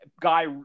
guy